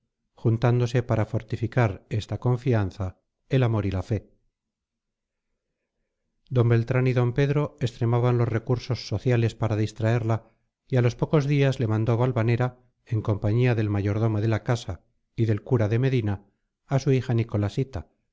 juntándose para fortificar esta confianza el amor y la fe d beltrán y d pedro extremaban los recursos sociales para distraerla y a los pocos días le mandó valvanera en compañía del mayordomo de la casa y del cura de medina a su hija nicolasita para